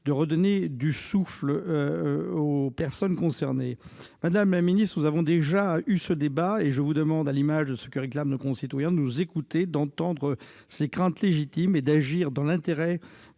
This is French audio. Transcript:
de redonner du souffle aux personnes concernées. Madame la ministre, nous avons déjà eu ce débat et je vous demande, à l'image de ce que réclament nos concitoyens, de nous écouter, d'entendre ces craintes légitimes et d'agir dans l'intérêt